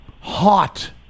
hot